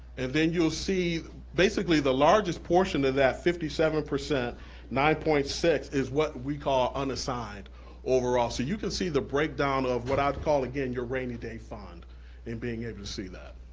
and then you'll see basically the largest portion of that fifty seven, nine point six, is what we call unassigned overall. so you can see the breakdown of what i'd call again your rainy day fund in being able to see that.